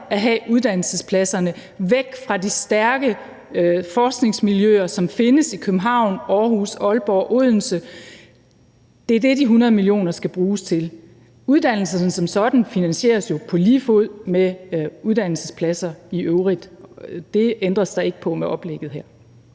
at have uddannelsespladserne væk fra de stærke forskningsmiljøer, som findes i København, Aarhus, Aalborg og Odense. Det er det, de 100 mio. kr. skal bruges til. Uddannelserne som sådan finansieres jo på lige fod med uddannelsespladser i øvrigt. Det ændres der ikke på med oplægget her.